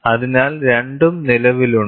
അതിനാൽ രണ്ടും നിലവിലുണ്ട്